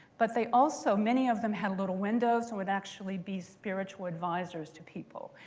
but they also many of them had little windows and would actually be spiritual advisors to people.